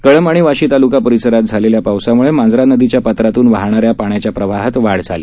कळंब आणि वाशी तालुका परिसरात झालेल्या पावसामुळे मांजरा नदीच्या पात्रातून वाहणाऱ्या पाण्याच्या प्रवाहात वाढ झाली